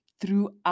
throughout